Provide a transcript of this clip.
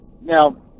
now